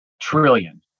trillion